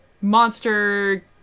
monster